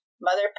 Mother